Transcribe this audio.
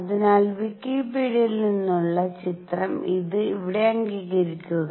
അതിനാൽ വിക്കിപീഡിയയിൽ നിന്നുള്ള ചിത്രം ഇത് ഇവിടെ അംഗീകരിക്കുക